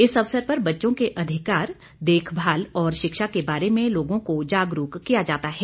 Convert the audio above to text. इस अवसर पर बच्चों के अधिकार देखभाल और शिक्षा के बारे में लोगों को जागरूक किया जाता है